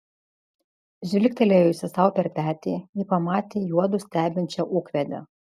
žvilgtelėjusi sau per petį ji pamatė juodu stebinčią ūkvedę